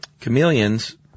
Chameleons